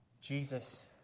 Jesus